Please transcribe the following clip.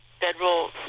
federal